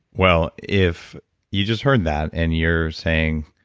well, if you just heard that and you're saying,